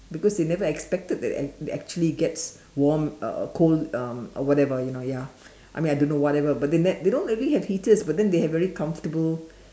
because they never expected that they they actually gets warm uh uh cold um whatever you know ya I mean I don't know whatever but they ne~ they don't really have heaters but then they have very comfortable